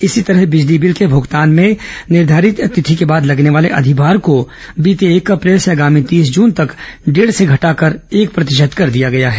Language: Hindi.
इसी तरह बिजली बिल के भुगतान में निर्धारित तिथि के बाद लगने वाले अधिभार को बीते एक अप्रैल से आगामी तीस जून तक डेढ़ से घटाकर एक प्रतिशत कर दिया गया है